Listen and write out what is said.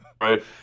right